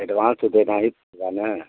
advance तो देना ही पड़ेगा ना